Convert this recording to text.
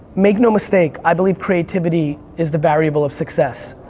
make no mistake, i believe creativity is the variable of success,